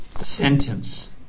sentence